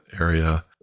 area